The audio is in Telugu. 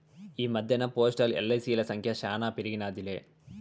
ఈ మద్దెన్న పోస్టల్, ఎల్.ఐ.సి.ల సంఖ్య శానా పెరిగినాదిలే